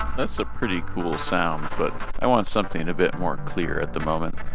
that's a pretty cool sound but i want something a bit more clear at the moment